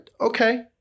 Okay